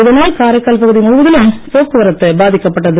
இதனால் காரைக்கால் பகுதி முழுவதிலும் போக்குவரத்து பாதிக்கப்பட்டது